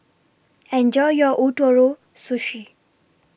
Enjoy your Ootoro Sushi